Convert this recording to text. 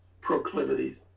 proclivities